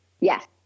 Yes